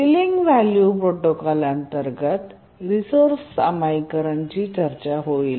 ceiling value protocol अंतर्गत resource सामायिकरण चर्चा होईल